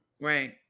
right